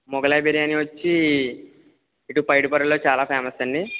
మొగలాయి బిర్యానీ వచ్చి ఇటు పైడిపర్రులో చాలా ఫేమస్ అండి